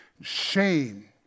Shame